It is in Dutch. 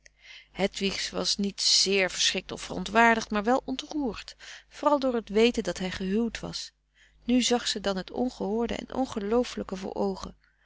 hedwigs was niet zeer verschrikt of verontwaardigd maar wel ontroerd vooral door t weten dat hij gehuwd was nu zag ze dan het ongehoorde en ongeloofelijke voor oogen